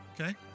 okay